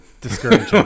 discouraging